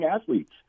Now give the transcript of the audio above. athletes